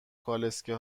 کالسکه